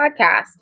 Podcast